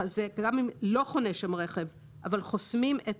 גם אם לא חונה שם רכב אבל חוסמים את